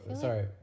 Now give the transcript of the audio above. sorry